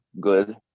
good